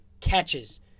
catches